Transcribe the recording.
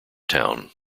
town